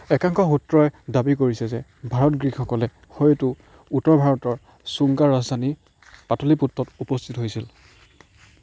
একাংশ সূত্ৰই দাবী কৰিছে যে ভাৰত গ্ৰীকসকলে হয়তো উত্তৰ ভাৰতৰ ছুংগাৰ ৰাজধানী পাটলিপুত্ৰত উপস্থিত হৈছিল